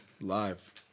live